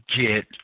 get